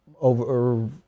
over